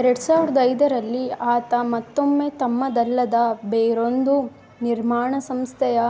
ಎರಡು ಸಾವಿರದ ಐದರಲ್ಲಿ ಆತ ಮತ್ತೊಮ್ಮೆ ತಮ್ಮದಲ್ಲದ ಬೇರೊಂದು ನಿರ್ಮಾಣ ಸಂಸ್ಥೆಯ